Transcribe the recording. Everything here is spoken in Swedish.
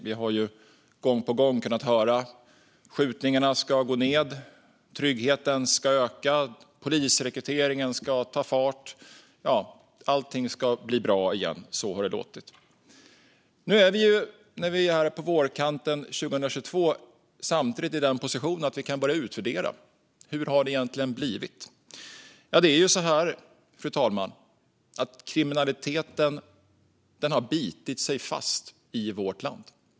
Vi har gång på gång kunnat höra att skjutningarna ska gå ned, att tryggheten ska öka, att polisrekryteringen ska ta fart - ja, allting ska bli bra igen. Så har det låtit. Nu, på vårkanten 2022, är vi samtidigt i positionen att vi kan börja utvärdera hur det egentligen har blivit. Det är så här, fru talman: Kriminaliteten har bitit sig fast i vårt land.